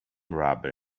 rubber